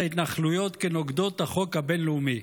ההתנחלויות כנוגדות את החוק הבין-לאומי.